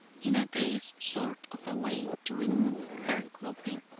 in a dazed sort of a way, to remove her clothing.